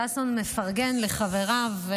ששון מפרגן לחבריו.